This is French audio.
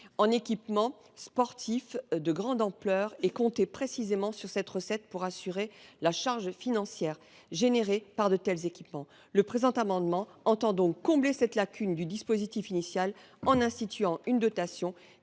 en équipements sportifs de grande ampleur. Or elles comptaient précisément sur ces recettes pour assumer la charge financière de tels équipements. Cet amendement tend donc à combler cette lacune du dispositif initial en instituant une dotation